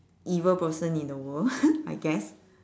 evil person in the world I guess